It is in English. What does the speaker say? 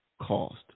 cost